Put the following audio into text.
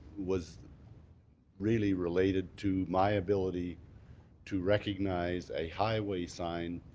was really related to my ability to recognize a highway sign,